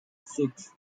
six